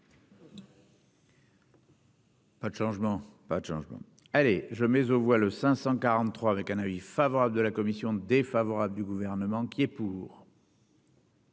Pas de changement, pas de changement, allez je mais on voit le 543 avec un avis favorable de la commission défavorable du gouvernement qui est pour.